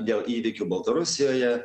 dėl įvykių baltarusijoje